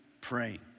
praying